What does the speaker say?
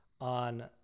on